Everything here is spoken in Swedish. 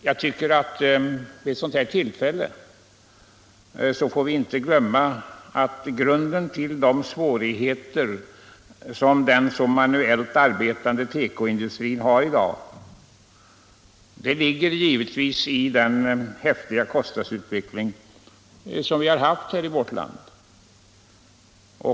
Jag tycker att vid ett sådant här tillfälle får vi inte glömma att grunden till de svårigheter som den så manuellt arbetande tekoindustrin har i dag är den häftiga kostnadsutveckling som vi har haft i vårt land.